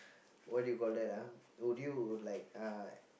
what do you call that ah would you like uh